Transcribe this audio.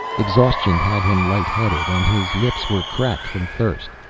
exhaustion had him light-headed, and his lips were cracked from thirst.